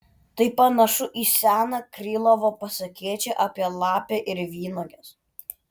tai panašu į seną krylovo pasakėčią apie lapę ir vynuoges